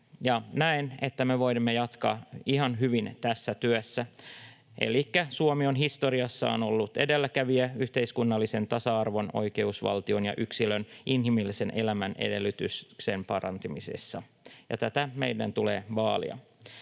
näen, että me voimme jatkaa ihan hyvin tässä työssä. Suomi on historiassaan ollut edelläkävijä yhteiskunnallisen tasa-arvon, oikeusvaltion ja yksilön inhimillisen elämän edellytysten parantamisessa, ja tätä meidän tulee vaalia.